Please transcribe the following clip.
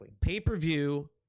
Pay-per-view